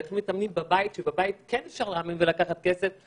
איך מתאמנים בבית כשבבית כן אפשר לאמן ולקחת כסף,